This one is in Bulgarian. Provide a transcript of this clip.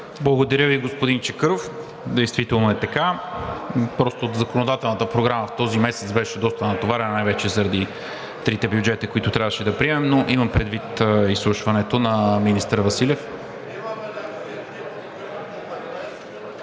Благодаря Ви, господин Чакъров. Действително е така, просто законодателната програма в този месец беше доста натоварена, най-вече заради три бюджета, които трябваше да приемем, но имам предвид изслушването на министър Василев.